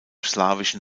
slawischen